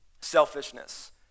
selfishness